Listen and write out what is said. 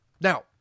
Now